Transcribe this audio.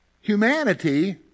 humanity